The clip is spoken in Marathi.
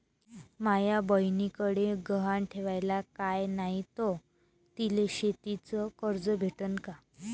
माया बयनीकडे गहान ठेवाला काय नाही तर तिले शेतीच कर्ज भेटन का?